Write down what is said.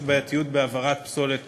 יש בעייתיות בהעברת פסולת